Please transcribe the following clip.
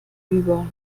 über